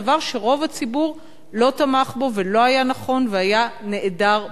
דבר שרוב הציבור לא תמך בו ולא היה נכון והיה נעדר בסיס.